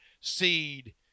seed